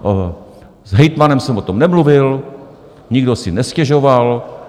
S hejtmanem jsem o tom nemluvil, nikdo si nestěžoval.